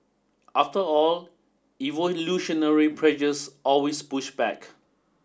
after all evolutionary pressures always push back